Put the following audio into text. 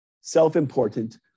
self-important